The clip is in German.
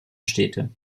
städte